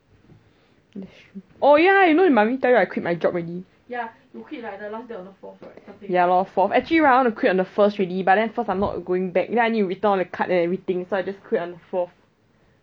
that's true oh ya you know did mummy tell you I quit my job already ya lor fourth actually right I want to quit on the first already but then first I'm not going back then I need to return all the card and everything so I just quit on the fourth